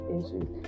issues